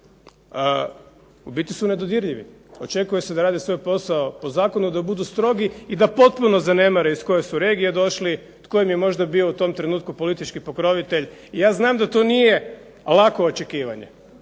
u biti su nedodirljivi. Očekuje se da rade svoj posao po zakonu, da budu strogi i da potpuno zanemare iz koje su regije došli, tko im je možda bio u tom trenutku politički pokrovitelj. Ja znam da to nije lako očekivanje,